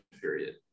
period